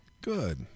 Good